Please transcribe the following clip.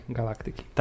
galaktyki